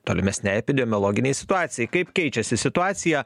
tolimesnei epidemiologinei situacijai kaip keičiasi situacija